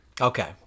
Okay